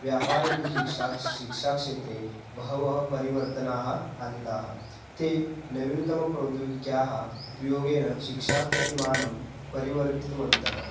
व्यापारिभिः शिक्षा शिक्षाक्षेत्रे बहवः परिवर्तनाः आनीताः ते नवीनतमप्रौद्योगिक्याः उपयोगेन शिक्षाप्रतिमानं परिवर्तितवन्तः